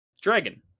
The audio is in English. dragon